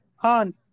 on